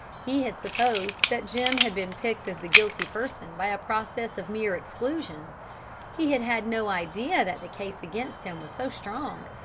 he had supposed that jim had been picked as the guilty person by a process of mere exclusion he had had no idea that the case against him was so strong.